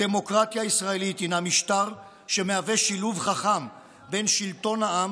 הדמוקרטיה הישראלית הינה משטר שמהווה שילוב חכם בין שלטון העם,